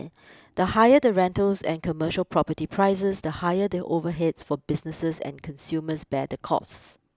the higher the rentals and commercial property prices the higher the overheads for businesses and consumers bear the costs